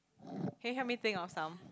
can you help me think of some